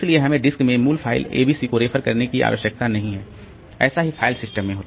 इसलिए हमें डिस्क में मूल फ़ाइल एबीसी को रेफर करने की आवश्यकता नहीं है ऐसा ही फ़ाइल सिस्टम में